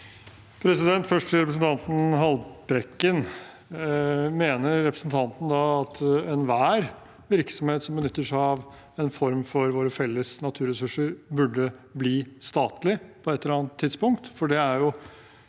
Først til represen- tanten Haltbrekken: Mener han da at enhver virksomhet som benytter seg av en form for våre felles naturressurser, burde bli statlig på et eller annet tidspunkt?